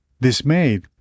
dismayed